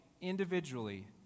individually